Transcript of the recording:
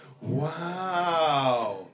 Wow